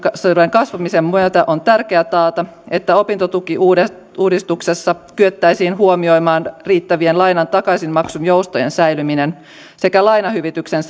kasvamisen myötä on tärkeää taata että opintotukiuudistuksessa kyettäisiin huomioimaan riittävien lainan takaisinmaksun joustojen säilyminen sekä lainahyvityksen